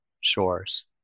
shores